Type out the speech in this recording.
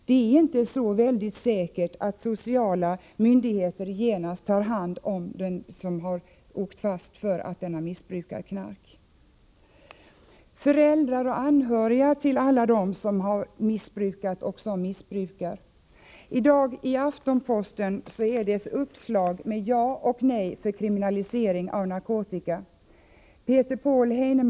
Det är inte så säkert att sociala myndigheter genast tar hand om den som åkt fast för att ha missbrukat narkotika. Föräldrar och anhöriga till alla dem som har missbrukat och missbrukar narkotika uttalar sig också. I dagens nummer av Aftonbladet finns ett uppslag som gäller frågan om ja eller nej till kriminalisering av narkotika. Bl.